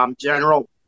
General